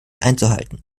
einzuhalten